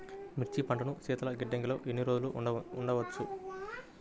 మిర్చి పంటను శీతల గిడ్డంగిలో ఎన్ని రోజులు ఉంచవచ్చు?